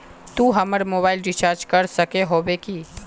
तू हमर mobile recharge कर सके होबे की?